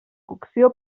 cocció